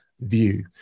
view